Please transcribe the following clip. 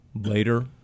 later